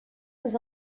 nous